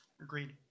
Agreed